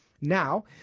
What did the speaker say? Now